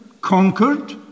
conquered